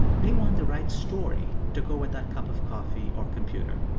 they want the right story to go with that cup of coffee or computer.